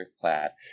class